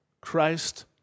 Christ